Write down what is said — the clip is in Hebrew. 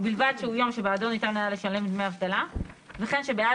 ובלבד שהוא יום שבעדו ניתן היה לשלם דמי אבטלה וכן שבעד